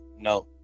No